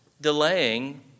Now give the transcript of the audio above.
delaying